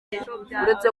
uretse